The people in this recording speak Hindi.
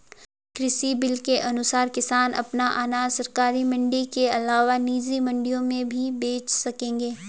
कृषि बिल के अनुसार किसान अपना अनाज सरकारी मंडी के अलावा निजी मंडियों में भी बेच सकेंगे